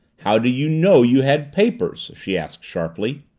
how do you know you had papers? she asked sharply.